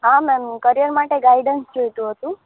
હા ma'am career માટે guidance જોઇતું હતું